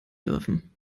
dürfen